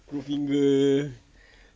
goldfinger